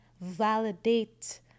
validate